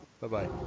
Bye-bye